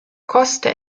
koste